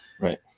Right